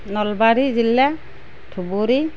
নলবাৰী জিল্লা ধুবুৰী